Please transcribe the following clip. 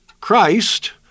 Christ